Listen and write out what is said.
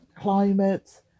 climate